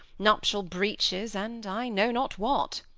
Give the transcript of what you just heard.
nuptial breaches, and i know not what.